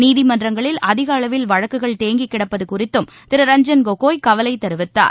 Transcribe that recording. நீதிமன்றங்களில் அதிக அளவில் வழக்குகள் தேங்கிக் கிடப்பது குறித்தும் திரு ரஞ்ஜன் கொகோய் கவலை தெரிவித்தார்